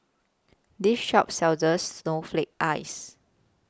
This Shop sells Snowflake Ice